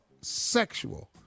sexual